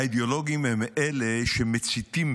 האידיאולוגים הם אלה שמציתים